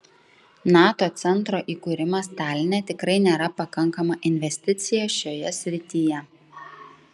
nato centro įkūrimas taline tikrai nėra pakankama investicija šioje srityje